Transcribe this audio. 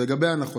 לגבי הנחות,